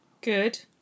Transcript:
Good